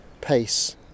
pace